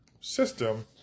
system